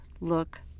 look